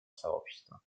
сообщества